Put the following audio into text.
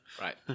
Right